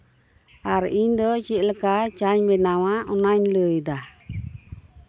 ᱟᱨ ᱤᱧᱫᱚ ᱪᱮᱫᱞᱮᱠᱟ ᱪᱟᱧ ᱵᱮᱱᱟᱣᱟ ᱚᱱᱟᱧ ᱞᱟᱹᱭᱫᱟ